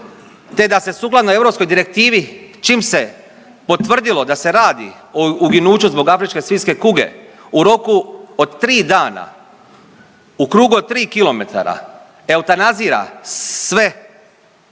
te da se sukladno Europskoj direktivi čim se potvrdilo da se radi o uginuću zbog afričke svinjske kuge u roku od 3 dana u krugu od 3 kilometara eutanazira sve,